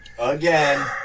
Again